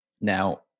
Now